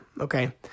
okay